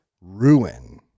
ruin